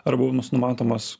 arba jau numatomas